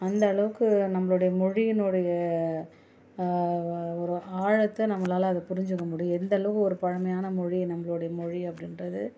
அந்த அளவுக்கு நம்மளுடைய மொழியினுடைய ஒரு ஆழத்தை நம்மளால் அதை புரிஞ்சிக்க முடியும் எந்த அளவு ஒரு பழமையான மொழி நம்மளுடைய மொழி அப்படின்றது